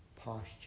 posture